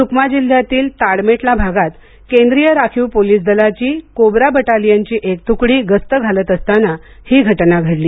सुकमा जिल्ह्यातील ताडमेटला भागात केंद्रीय राखीव पोलिस दलाची कोब्रा बटालियनची एक तुकडी गस्त घालत असताना ही घटना घडली